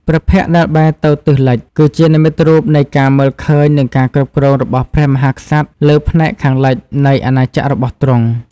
ព្រះភ័ក្ត្រដែលបែរទៅទិសលិច គឺជានិមិត្តរូបនៃការមើលឃើញនិងការគ្រប់គ្រងរបស់ព្រះមហាក្សត្រលើផ្នែកខាងលិចនៃអាណាចក្ររបស់ទ្រង់។